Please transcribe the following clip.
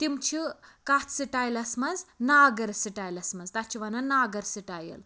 تِم چھِ کتھ سٹایلَس مَنٛز ناگر سٹایلَس مَنٛز تَتھ چھِ وَنان ناگر سٹایل